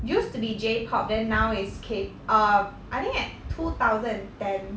used to be J pop then now is K um I think at two thousand and ten